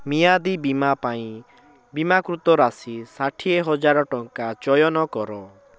ମିଆଦୀ ବୀମା ପାଇଁ ବୀମାକୃତ ରାଶି ଷାଠିଏ ହଜାର ଟଙ୍କା ଚୟନ କର